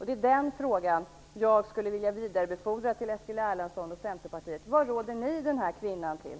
Det är denna fråga som jag skulle vilja vidarebefordra till Eskil Erlandsson och Centerpartiet. Vad råder ni den här kvinnan till?